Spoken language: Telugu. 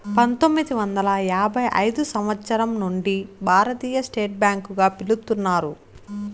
పంతొమ్మిది వందల యాభై ఐదు సంవచ్చరం నుండి భారతీయ స్టేట్ బ్యాంక్ గా పిలుత్తున్నారు